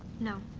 no.